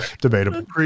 Debatable